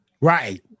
Right